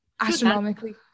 astronomically